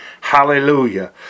Hallelujah